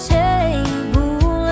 table